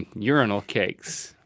urinal cakes.